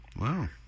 Wow